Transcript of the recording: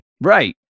Right